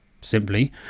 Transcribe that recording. simply